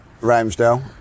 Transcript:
Ramsdale